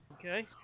Okay